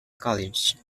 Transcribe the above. college